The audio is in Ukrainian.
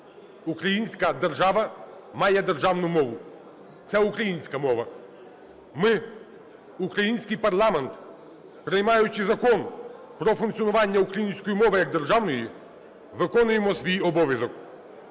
Українська держава має державну мову – це українська мова. Ми, український парламент, приймаючи Закон про функціонування української мови як державної, виконуємо свій обов'язок.